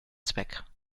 zweck